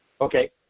Okay